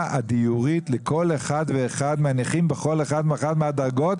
הדיורית לכל אחד ואחד מהנכים בכל אחת ואחת מהדרגות,